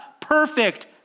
Perfect